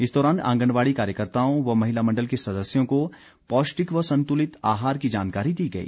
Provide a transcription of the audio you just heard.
इस दौरान आंगनबाड़ी कार्यकर्ताओं व महिला मण्डल की सदस्यों को पौष्टिक व संतुलित आहार की जानकारी दी गई